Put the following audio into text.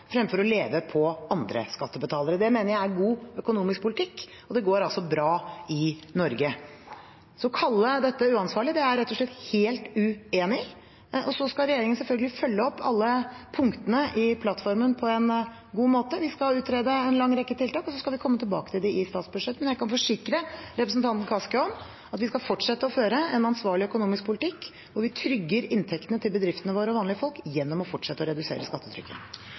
fremfor å leve på andre skattebetalere. Det mener jeg er god økonomisk politikk. Og det går altså bra i Norge. Så at dette er uansvarlig, er jeg rett og slett helt uenig i. Regjeringen skal selvfølgelig følge opp alle punktene i plattformen på en god måte. Vi skal utrede en lang rekke tiltak, og så skal vi komme tilbake til det i statsbudsjettet. Men jeg kan forsikre representanten Kaski om at vi skal fortsette å føre en ansvarlig økonomisk politikk hvor vi trygger inntektene til bedriftene våre og vanlige folk gjennom å fortsette å redusere